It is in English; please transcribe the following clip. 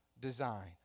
design